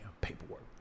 paperwork